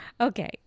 Okay